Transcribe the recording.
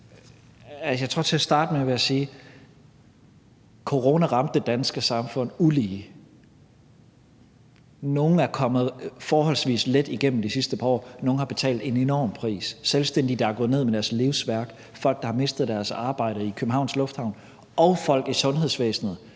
Jeg tror, at jeg vil starte med at sige: Corona ramte det danske samfund ulige. Nogle er kommet forholdsvis let igennem det de sidste par år, andre har betalt en enorm pris – selvstændige, der er gået ned med deres livsværk, folk, der har mistet deres arbejde i Københavns Lunfthavn, og folk i sundhedsvæsenet,